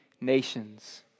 nations